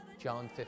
John